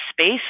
space